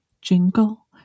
jingle